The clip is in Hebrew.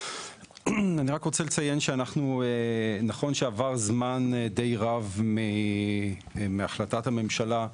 אני רק רוצה לציין שנכון שעבר זמן די רב מהחלטת הממשלה.